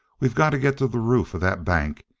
we've got to get to the roof of that bank,